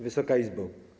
Wysoka Izbo!